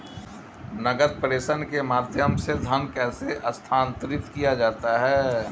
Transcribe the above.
नकद प्रेषण के माध्यम से धन कैसे स्थानांतरित किया जाता है?